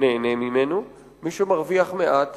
נהנה ממנו ומי שמרוויח מעט